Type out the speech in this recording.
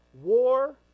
War